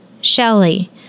Shelley